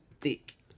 thick